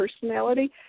personality